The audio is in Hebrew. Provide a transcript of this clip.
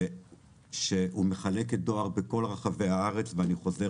היא מחלקת דואר בכל רחבי הארץ ואני מדגיש,